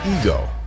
Ego